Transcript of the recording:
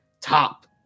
top